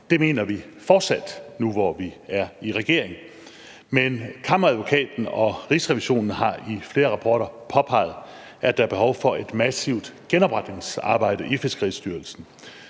Det mener vi fortsat nu, hvor vi er i regering. Men kammeradvokaten og Rigsrevisionen har i flere rapporter påpeget, at der er behov for et massivt genopretningsarbejde i Fiskeristyrelsen.